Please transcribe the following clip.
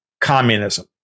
communism